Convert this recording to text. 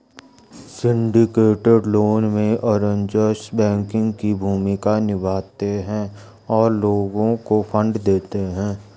syndicated loan में, arrangers banking की भूमिका निभाते हैं और लोगों को फंड देते हैं